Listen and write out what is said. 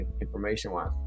information-wise